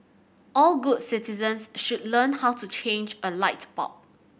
all good citizens should learn how to change a light bulb